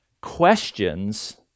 questions